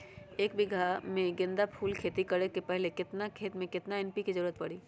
एक बीघा में गेंदा फूल के खेती करे से पहले केतना खेत में केतना एन.पी.के के जरूरत परी?